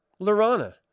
Lorana